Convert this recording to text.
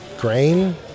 grain